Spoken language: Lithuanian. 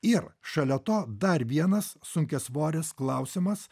ir šalia to dar vienas sunkiasvoris klausimas